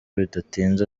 bidatinze